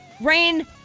Rain